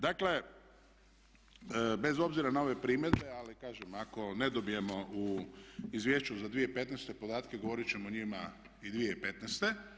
Dakle, bez obzira na ove primjere, ali kažem ako ne dobijemo u izvješću za 2015. podatke, govoriti ćemo o njima i 2015.